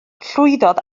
llwyddodd